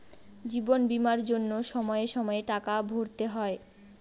জীবন বীমার জন্য সময়ে সময়ে টাকা ভরতে হয়